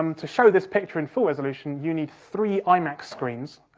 um to show this picture in full resolution, you need three imax screens,